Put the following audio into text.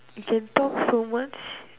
you can talk so much